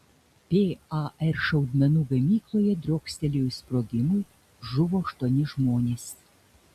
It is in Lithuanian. par šaudmenų gamykloje driokstelėjus sprogimui žuvo aštuoni žmonės